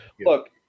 look